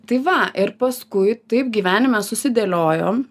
tai va ir paskui taip gyvenime susidėliojo